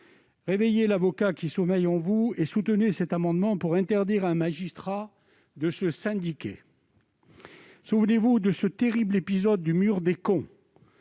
réveillez l'avocat qui sommeille en vous et soutenez cet amendement pour interdire à un magistrat de se syndiquer ! Souvenez-vous de ce terrible épisode du « mur des cons